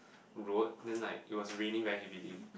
road then like it was raining heavily